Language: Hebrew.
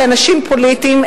כאנשים פוליטיים,